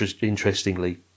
interestingly